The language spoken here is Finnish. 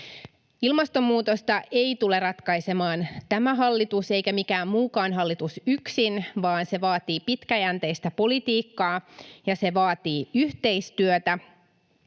Ilmastonmuutosta ei tule ratkaisemaan tämä hallitus eikä mikään muukaan hallitus yksin, vaan se vaatii pitkäjänteistä politiikkaa ja se vaatii yhteistyötä,